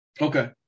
Okay